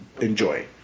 Enjoy